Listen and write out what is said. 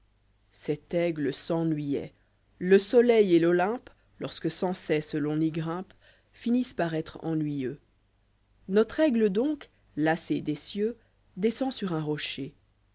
cet aigle s'ennuyoit le soleil et l'olympe lorsque sans cesse l on y grimpe fables finissent par être ennuyeux notre aigle donc lassé des cieux descend sur un rocher